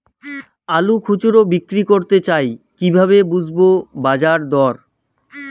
আলু খুচরো বিক্রি করতে চাই কিভাবে বুঝবো বাজার দর?